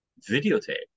videotape